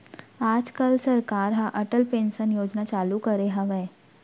आज काल सरकार ह अटल पेंसन योजना चालू करे हवय